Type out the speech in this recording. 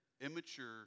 immature